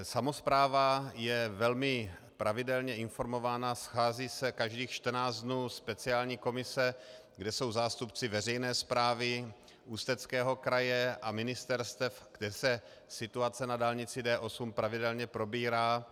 Samospráva je velmi pravidelně informována, schází se každých 14 dnů speciální komise, kde jsou zástupci veřejné správy Ústeckého kraje a ministerstev, kde se situace na dálnici D8 pravidelně probírá.